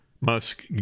Musk